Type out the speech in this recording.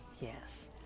Yes